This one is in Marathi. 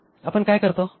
तर आपण काय करतो